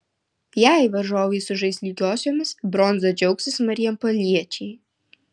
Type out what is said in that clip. jei varžovai sužais lygiosiomis bronza džiaugsis marijampoliečiai